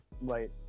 right